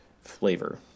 flavor